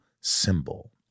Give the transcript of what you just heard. symbol